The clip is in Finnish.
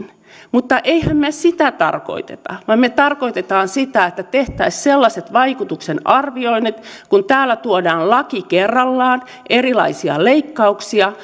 mutta emmehän me sitä tarkoita vaan me tarkoitamme sitä että tehtäisiin sellaiset vaikutusten arvioinnit kun täällä tuodaan laki kerrallaan erilaisia leikkauksia